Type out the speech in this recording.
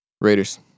Raiders